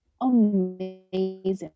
amazing